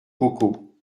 coco